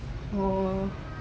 oh